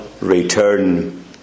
return